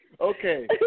Okay